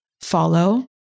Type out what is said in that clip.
follow